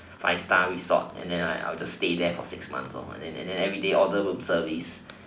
five star resort and then I I would stay there for six months and then then everyday order room service